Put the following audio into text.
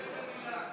ובכן,